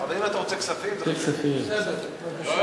אבל אם אתה רוצה כספים, זה משהו אחר.